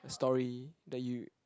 the story that you